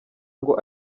ngo